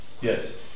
Yes